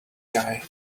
guy